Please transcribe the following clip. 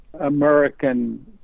American